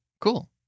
cool